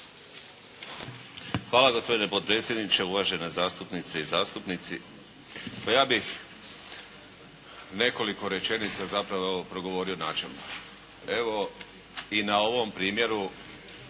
Hvala gospodine potpredsjedniče, uvažene zastupnice i zastupnici. Ja bih nekoliko rečenica zapravo progovorio načelno. Evo, i na ovom primjeru